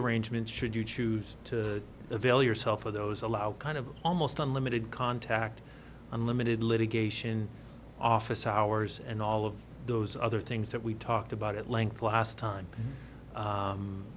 arrangement should you choose to avail yourself of those allow kind of almost unlimited contact unlimited litigation office hours and all of those other things that we talked about at length last